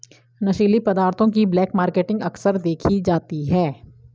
नशीली पदार्थों की ब्लैक मार्केटिंग अक्सर देखी जाती है